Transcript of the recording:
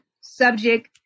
subject